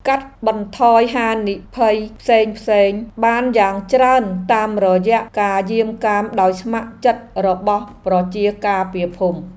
កាត់បន្ថយហានិភ័យផ្សេងៗបានយ៉ាងច្រើនតាមរយៈការយាមកាមដោយស្ម័គ្រចិត្តរបស់ប្រជាការពារភូមិ។